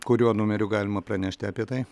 kuriuo numeriu galima pranešti apie tai